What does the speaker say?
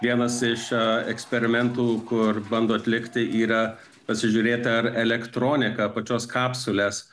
vienas iš eksperimentų kur bando atlikti yra pasižiūrėt ar elektronika pačios kapsulės